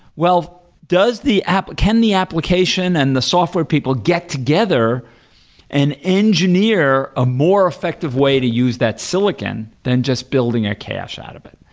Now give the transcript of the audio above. well does the app can the application and the software people get together and engineer a more effective way to use that silicon than just building a cache out of it?